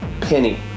Penny